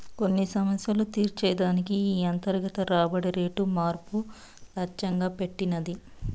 కొన్ని సమస్యలు తీర్చే దానికి ఈ అంతర్గత రాబడి రేటు మార్పు లచ్చెంగా పెట్టినది